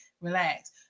relax